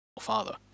Father